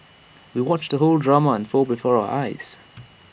we watched the whole drama unfold before our eyes